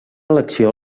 elecció